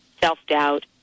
self-doubt